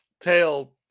tail